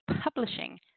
publishing